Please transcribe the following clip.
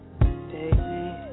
baby